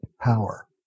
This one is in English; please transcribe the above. power